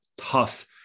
tough